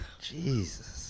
Jesus